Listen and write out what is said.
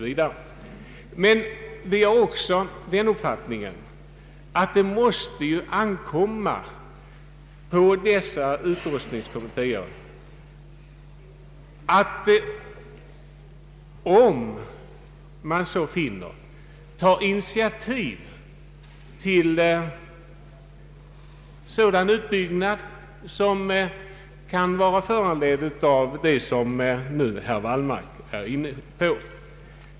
Vi anser att det måste ankomma på dessa lokaloch utrustningskommittéer att, om de finner det påkallat, ta initiativ till sådan utbyggnad som kan vara föranledd av de förhållanden herr Wallmark nyss talade om.